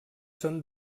són